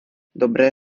dobré